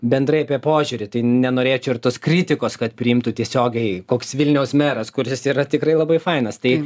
bendrai apie požiūrį tai nenorėčiau ir tos kritikos kad priimtų tiesiogiai koks vilniaus meras kuris yra tikrai labai fainas tai